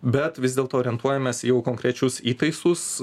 bet vis dėlto orientuojamės jau konkrečius įtaisus